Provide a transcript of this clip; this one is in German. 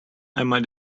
einmal